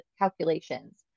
calculations